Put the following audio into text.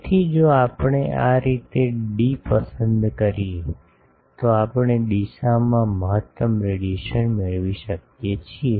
તેથી જો આપણે આ રીતે ડી પસંદ કરીએ તો આપણે દિશામાં મહત્તમ રેડિયેશન મેળવી શકીએ છીએ